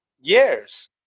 years